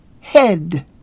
head